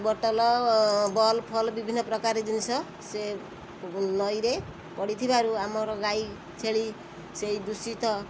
bottle ball ଫଲ୍ ବିଭିନ୍ନ ପ୍ରକାର ଜିନିଷ ସେ ନଈରେ ପଡ଼ିଥିବାରୁ ଆମର ଗାଈ ଛେଳି ସେଇ ଦୂଷିତ